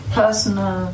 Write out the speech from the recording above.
personal